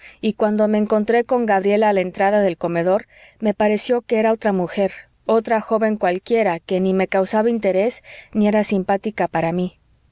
y cuando me encontré con gabriela a la entrada del comedor me pareció que era otra mujer otra joven cualquiera que ni me causaba interés ni era simpática para mí